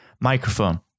microphone